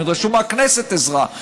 הם ידרשו מהכנסת עזרה.